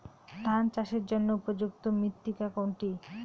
ধান চাষের জন্য উপযুক্ত মৃত্তিকা কোনটি?